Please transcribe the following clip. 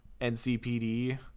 ncpd